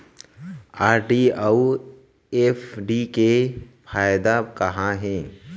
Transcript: RD अऊ FD के फायेदा का हे?